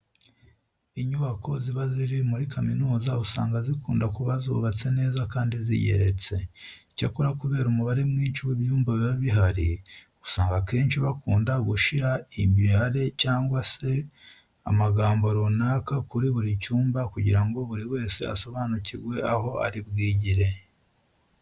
Inyubako ziba ziri muri kaminuza usanga zikunda kuba zubatse neza kandi zigeretse. Icyakora kubera umubare mwinshi w'ibyumba biba bihari usanga akenshi bakunda gushira imibare cyangwa se amagambo runaka kuri buri cyomba kugira ngo buri wese asobanukirwe aho ari bwigire.